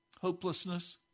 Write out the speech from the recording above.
Hopelessness